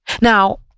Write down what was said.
Now